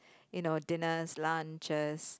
you know dinners lunches